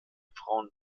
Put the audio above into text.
frauen